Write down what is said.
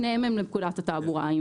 שניהם לפקודת התעבורה.